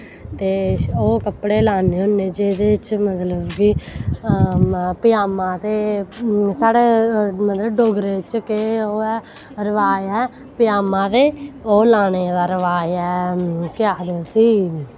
ते ओह् कपड़े लान्ने होन्ने जेह्दे च मतलव कि पज़ामा ते साढ़े डोगरें च केह् ओह् ऐ रवाज़ ऐ पजामा ते ओह् लाने दा रवाज ऐ केह् आखदे उसी